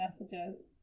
messages